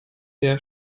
der